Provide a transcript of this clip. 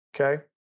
Okay